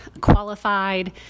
qualified